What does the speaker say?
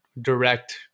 direct